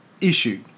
issue